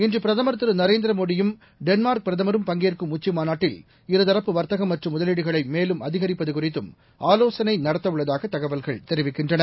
இன்று பிரதமர் திருநரேந்திர மோடியும் டென்மார்க் பிரதமரும் பங்கேற்கும் உச்சி மாநாட்டில் இருதரப்பு வர்த்தகம் மற்றும் முதலீடுகளை மேலும் அதிகரிப்பது குறித்தும் ஆவோசனை நடத்தவுள்ளதாக தகவல்கள் தெரிவிக்கின்றன